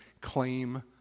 claim